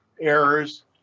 errors